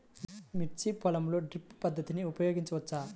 మిర్చి పొలంలో డ్రిప్ పద్ధతిని ఉపయోగించవచ్చా?